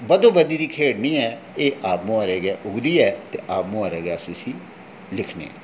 एह् बधो बधी दी खेढ़ निं ऐ एह् आपमुहारे गै उगदी ऐ ते आपमुहारे गै अस इसी लिखने आं